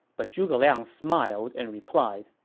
but zhuge liang smiled and replied,